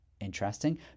interesting